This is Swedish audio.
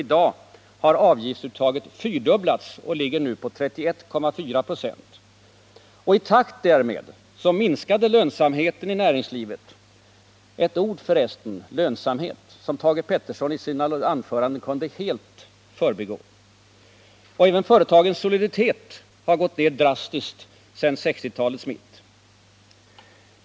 I dag har avgiftsuttaget fyrdubblats och ligger nu på 31,4 96. I takt därmed minskade lönsamheten — f.ö. ett ord som Thage Peterson i sina anföranden ansåg sig kunna helt förbigå — i näringslivet, och även företagens soliditet har gått ner drastiskt sedan 1960-talets mitt.